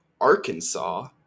Arkansas